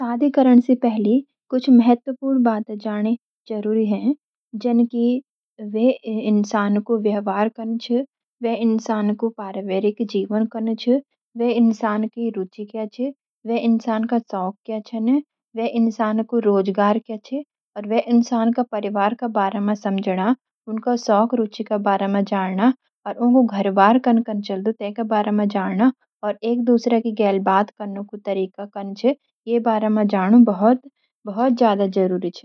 शादी करन सी पहली कुछ महत्वपूर्ण बात जान जरूरी हैं जन की वे इंसान कु व्यवहार कन्न छ, वे इंसान कु पारिवारिक जीवन कन, वे इंसान की रुचि क्या छ, वे का शौक क्या छन, वे इंसान कु रोजगार क्या छ, अर वे इंसान का परिवार का बारा मा जान ना और उनकी शौक रुचि का बारा मा जानना, उनको घरबार कंन कन चाल्दू ते का बारा मा जाना एर एक दूसरा की गैल बात कनु कु तरीक कन छ ये बारा म जान नू बहुत ज्यादा जरूरी छ।